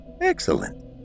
Excellent